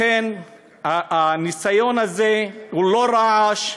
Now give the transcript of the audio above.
לכן, הניסיון הזה הוא לא רעש,